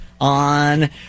On